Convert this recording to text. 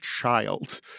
child